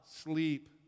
sleep